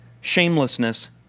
shamelessness